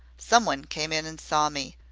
someone came in and saw me,